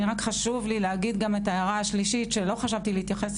רק חשוב לי להגיד את ההערה השלישית שלא חשבתי להתייחס